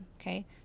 okay